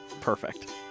perfect